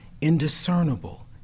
indiscernible